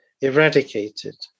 eradicated